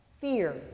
fear